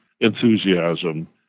enthusiasm